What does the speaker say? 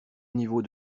niveau